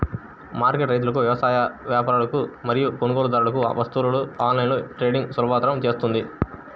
market రైతులకు, వ్యాపారులకు మరియు కొనుగోలుదారులకు వస్తువులలో ఆన్లైన్ ట్రేడింగ్ను సులభతరం చేస్తుంది